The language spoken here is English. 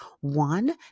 One